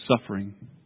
suffering